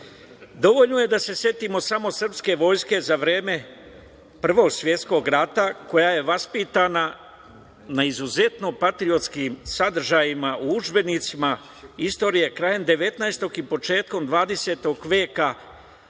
je da se setimo samo srpske vojske za vreme Prvog svetskog rata, koja je vaspitana na izuzetno patriotskim sadržajima u udžbenicima istorije krajem 19. i početkom 20. veka,